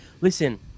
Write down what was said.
Listen